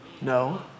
No